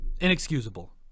inexcusable